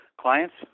clients